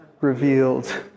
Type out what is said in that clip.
revealed